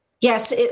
Yes